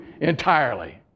entirely